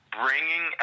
bringing